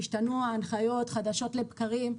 השתנו ההנחיות חדשות לבקרים.